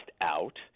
out